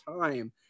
time